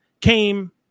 came